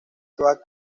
todas